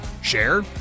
Share